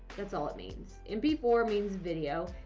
that's all it means. m p four means video.